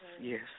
yes